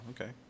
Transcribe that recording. Okay